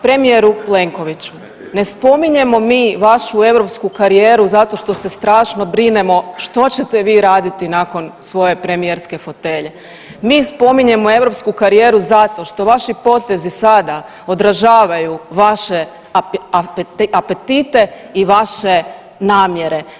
Premijeru Plenkoviću, ne spominjemo mi vašu europsku karijeru zato što se strašno brinemo što ćete vi raditi nakon svoje premijerske fotelje, mi spominjemo europsku karijeru zato što vaši potezi sada odražavaju vaše apetite i vaše namjere.